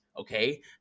okay